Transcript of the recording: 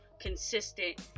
consistent